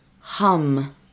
hum